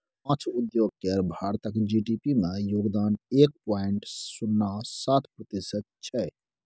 माछ उद्योग केर भारतक जी.डी.पी मे योगदान एक पॉइंट शुन्ना सात प्रतिशत छै